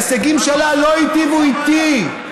וההישגים שלה לא היטיבו איתי,